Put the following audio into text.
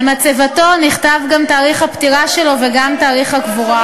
על מצבתו נכתב גם תאריך הפטירה שלו וגם תאריך הקבורה,